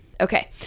okay